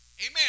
Amen